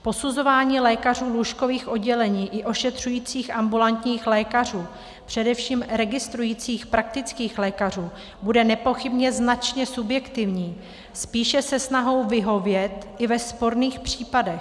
Posuzování lékařů lůžkových oddělení i ošetřujících ambulantních lékařů, především registrujících praktických lékařů, bude nepochybně značně subjektivní, spíše se snahou vyhovět i ve sporných případech.